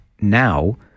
now